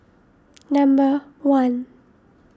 number one